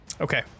okay